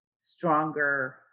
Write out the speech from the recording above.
stronger